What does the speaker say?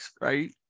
Right